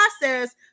process